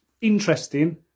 interesting